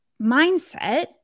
mindset